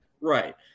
Right